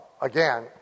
again